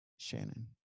shannon